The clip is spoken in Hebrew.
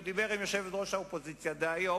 הוא דיבר עם יושבת-ראש האופוזיציה דהיום,